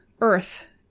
earth